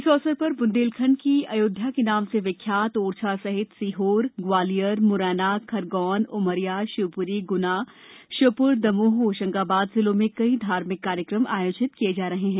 इस अवसर पर ब्रंदेलखंड की अयोध्या के नाम से विख्यात ओरछा सहित सीहोर ग्वालियर मुरैना खरगौन उमरिया शिवपुरीगुना श्योपुर दमोह होशंगाबाद जिलों में कई धार्मिक कार्यक्रम आयोजित किये जा रहे हैं